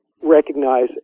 recognize